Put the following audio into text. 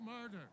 murder